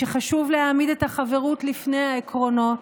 שחשוב להעמיד את החברות לפני העקרונות,